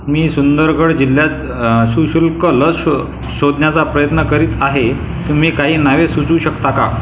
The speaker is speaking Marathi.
मी सुंदरगड जिल्ह्यात सशुल्क लस श शोधण्याचा प्रयत्न करीत आहे तुम्ही काही नावे सुचवू शकता का